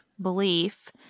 belief